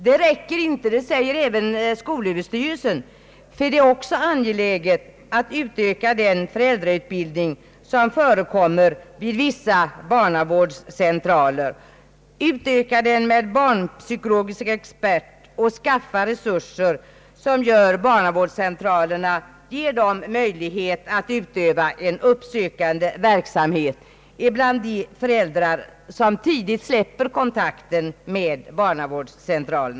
Det räcker inte, det säger även skolöverstyrelsen, ty det är också angeläget att utöka den föräldrautbildning, som förekommer vid vissa barnavårdscentraler, med barnpsykologisk expertis och skaffa resurser, som ger barnavårdscentralerna möjlighet att utöva en uppsökande verksamhet bland de föräldrar som tidigt släpper kontakten med dem.